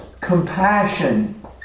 compassion